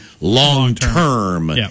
long-term